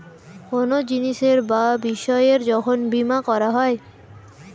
কোনো জিনিসের বা বিষয়ের যখন বীমা করা যায়